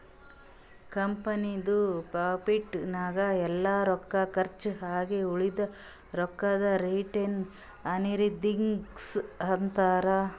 ಕಂಪನಿದು ಪ್ರಾಫಿಟ್ ನಾಗ್ ಎಲ್ಲಾ ರೊಕ್ಕಾ ಕರ್ಚ್ ಆಗಿ ಉಳದಿದು ರೊಕ್ಕಾಗ ರಿಟೈನ್ಡ್ ಅರ್ನಿಂಗ್ಸ್ ಅಂತಾರ